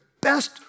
best